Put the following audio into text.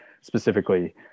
specifically